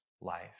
life